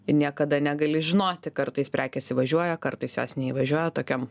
niekada negali žinoti kartais prekės įvažiuoja kartais jos neįvažiuoja tokiam